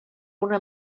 una